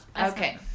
okay